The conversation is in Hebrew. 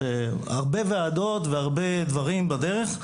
הרבה ועדות והרבה דברים בדרך,